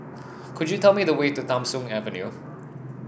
could you tell me the way to Tham Soong Avenue